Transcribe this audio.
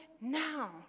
now